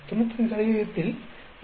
95 இல் 4